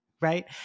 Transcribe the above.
right